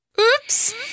Oops